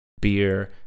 beer